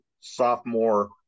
sophomore